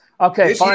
Okay